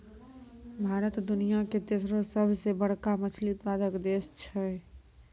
भारत दुनिया के तेसरो सभ से बड़का मछली उत्पादक देश छै